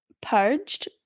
purged